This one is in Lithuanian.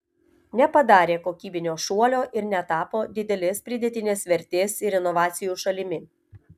nepadarė kokybinio šuolio ir netapo didelės pridėtinės vertės ir inovacijų šalimi